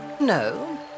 No